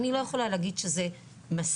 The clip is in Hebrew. אני לא יכולה להגיד שזה מספיק.